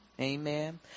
Amen